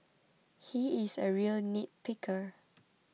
he is a real nitpicker